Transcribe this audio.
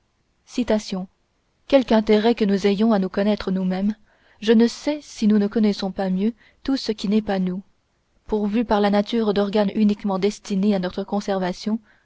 sentir quelque intérêt que nous ayons à nous connaître nous-mêmes je ne sais si nous ne connaissons pas mieux tout ce qui n'est pas nous pourvus par la nature d'organes uniquement destinés à notre conservation